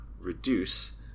reduce